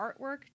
artwork